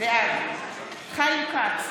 בעד חיים כץ,